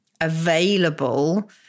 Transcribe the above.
available